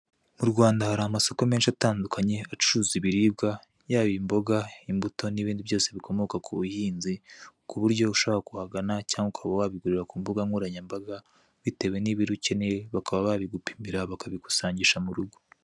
Mu Rwanda hari amasoko menshi atandukanye acuruza ibiribwa yaba imboga, imbuto n'ibindi byose bikomoka ku buhinzi kuburyo ushobora kuhagana, cyangwa ukabigurira ku mbugankoranyambaga bitewe n'ibiro ukeneye bakaba babigupimira bakabigusangisha mu rugo.